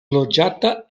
loĝata